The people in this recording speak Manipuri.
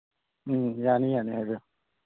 ꯎꯝ ꯌꯥꯅꯤ ꯌꯥꯅꯤ ꯍꯥꯏꯕꯤꯔꯛꯎ